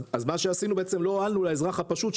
אז בעצם לא הועלנו לאזרח הפשוט,